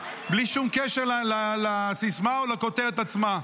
בלי שום קשר לסיסמה או לכותרת עצמה.